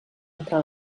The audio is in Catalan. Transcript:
entre